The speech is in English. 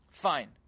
Fine